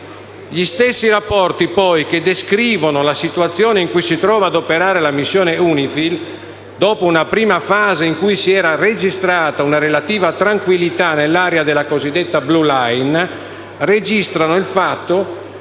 Gli stessi rapporti, poi, che descrivono la situazione in cui si trova ad operare la missione UNIFIL, dopo una prima fase in cui si era registrata una relativa tranquillità nell'area della cosiddetta *blue line*, registrano il fatto che